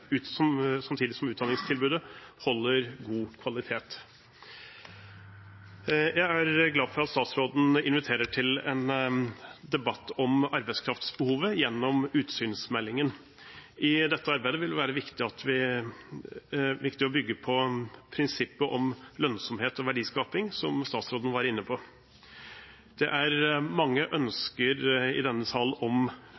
utdanningstilbudet holder god kvalitet. Jeg er glad for at statsråden inviterer til en debatt om arbeidskraftsbehovet gjennom utsynsmeldingen. I dette arbeidet vil det være viktig å bygge på prinsippet om lønnsomhet og verdiskaping, som statsråden var inne på. Det er mange